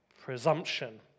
presumption